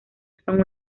usan